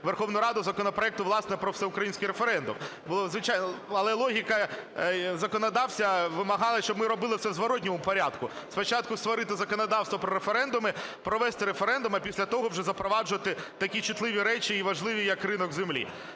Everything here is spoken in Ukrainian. Верховну Раду законопроекту, власне, про всеукраїнський референдум. Але логіка законодавця вимагала, щоб ми робили це в зворотному порядку. Спочатку створити законодавство про референдум, провести референдум, а після того вже запроваджувати такі чутливі речі і важливі, як ринок землі.